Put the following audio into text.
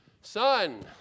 son